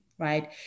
right